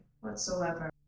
whatsoever